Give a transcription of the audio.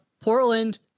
Portland